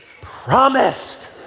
promised